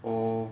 or